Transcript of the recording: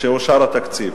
שאושר התקציב.